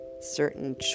certain